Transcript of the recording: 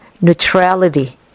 Neutrality